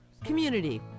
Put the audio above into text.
community